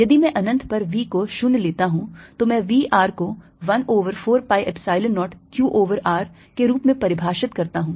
यदि मैं अनंत पर V को 0 लेता हूं तो मैं V r को 1 over 4 pi epsilon 0 q over r के रूप में परिभाषित करता हूं